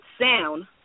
sound